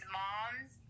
moms